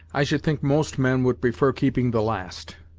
i should think most men would prefer keeping the last.